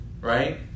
right